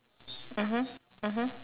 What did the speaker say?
mmhmm mmhmm